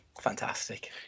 Fantastic